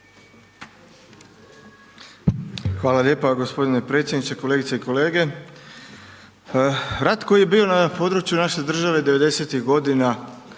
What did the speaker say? Hvala lijepo gospodine predsjedniče, kolegice i kolege. Rat koji je bio na području naše države '90. godina,